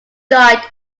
died